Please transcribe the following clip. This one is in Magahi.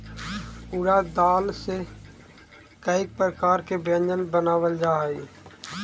उड़द दाल से कईक प्रकार के व्यंजन बनावल जा हई